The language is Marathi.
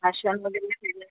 आशांमधे